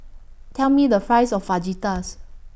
Tell Me The Price of Fajitas